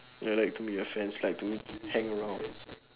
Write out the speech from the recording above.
ya I like to meet my friends like to hang around